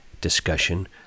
discussion